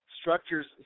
structures